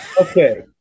Okay